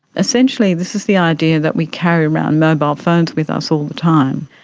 essentially this is the idea that we carry around mobile phones with us all the time,